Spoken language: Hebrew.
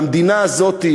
והמדינה הזאת,